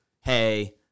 hey